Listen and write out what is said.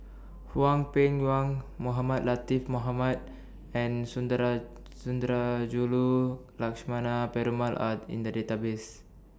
Hwang Peng Yuan Mohamed Latiff Mohamed and Sundarajulu Lakshmana Perumal Are in The Database